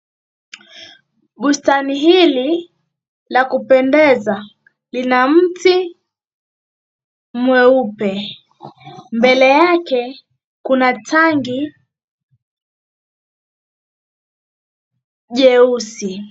Bustani hili la kupendeza, lina mti mweupe mbele yake kuna tanki jeusi.